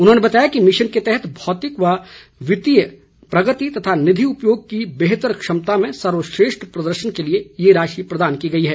उन्होंने बताया कि मिशन के तहत भौतिक व वित्तीय प्रगति तथा निधि उपयोग की बेहतर क्षमता में सर्वश्रेष्ठ प्रदर्शन के लिए ये राशि प्रदान की गई है